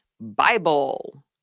Bible